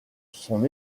son